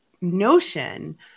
notion